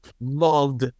loved